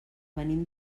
venim